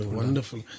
wonderful